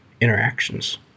interactions